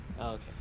Okay